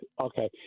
Okay